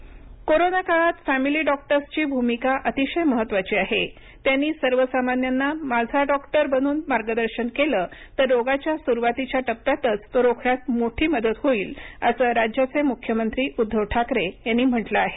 Thackeray corona काळात family डॉक्टर्सची भूमिका अतिशय महत्वाची आहे त्यांनी सर्वसामान्यांना माझा डॉक्टर बनून मार्गदर्शन केलं तर रोगाच्या सुरुवातीच्या टप्प्यातच तो रोखण्यात मोठी मदत होईल असं राज्याचे मुख्यमंत्री उद्धव ठाकरे यांनी म्हटलं आहे